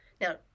Now